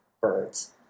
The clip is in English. birds